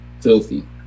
Filthy